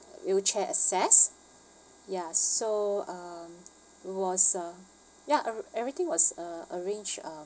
wheelchair access ya so um it was a ya e~ everything was uh arranged uh